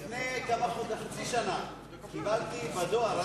לפני חצי שנה קיבלתי בדואר,